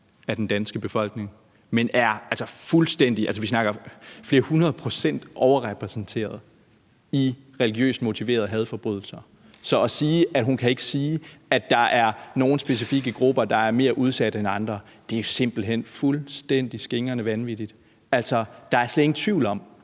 af den danske befolkning, men er fuldstændig – altså, vi snakker flere hundrede procent – overrepræsenteret i religiøst motiverede hadforbrydelser. Så at sige, at hun ikke kan sige, at der er nogle specifikke grupper, der er mere udsatte end andre, er jo simpelt hen fuldstændig skingrende vanvittigt. Altså, der er slet ingen tvivl om,